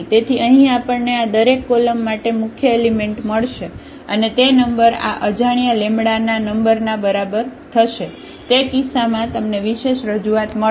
તેથી અહીં આપણને આ દરેક કોલમ માટે મુખ્ય એલિમેન્ટ મળશે અને તે નંબર આ અજાણ્યા ના નંબર ના બરાબર થશે તે કિસ્સામાં તમને વિશેષ રજૂઆત મળશે